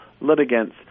litigants